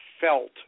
felt